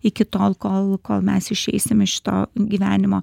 iki tol kol kol mes išeisim iš šito gyvenimo